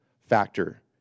factor